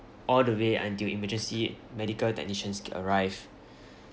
all the way until emergency medical technicians arrive